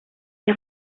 des